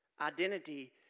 Identity